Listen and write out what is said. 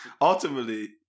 ultimately